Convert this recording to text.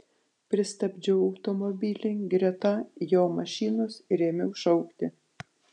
pristabdžiau automobilį greta jo mašinos ir ėmiau šaukti